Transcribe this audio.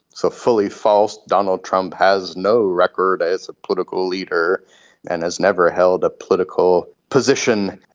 so fully false, donald trump has no record as a political leader and has never held a political position.